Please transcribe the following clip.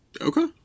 okay